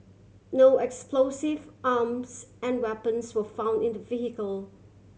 no explosive arms and weapons were found in the vehicle